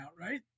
right